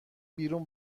بیرون